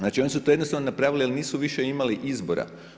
Znači oni su to jednostavno napravili, jer nisu više imali izbora.